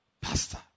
Pastor